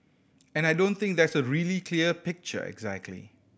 and I don't think there's a really clear picture exactly